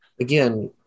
again